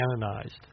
canonized